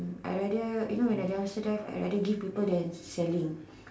I rather you know when I dumpster dive I rather give people than selling